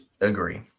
agree